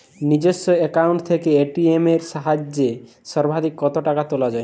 নিজস্ব অ্যাকাউন্ট থেকে এ.টি.এম এর সাহায্যে সর্বাধিক কতো টাকা তোলা যায়?